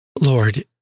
Lord